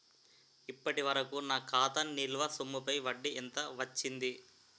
ఇప్పటి వరకూ నా ఖాతా నిల్వ సొమ్ముపై వడ్డీ ఎంత వచ్చింది?